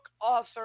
author